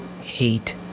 hate